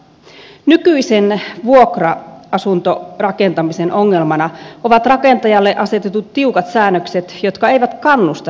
nykyisen vuokra asuntorakentamisen ongelmana ovat rakentajalle asetetut tiukat säännökset jotka eivät kannusta rakentamaan